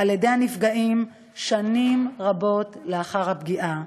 על-ידי הנפגעים שנים רבות לאחר הפגיעה.